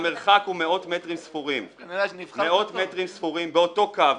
המרחק הוא מאות מטרים ספורים באותו קו.